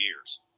years